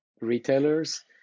retailers